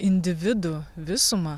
individų visumą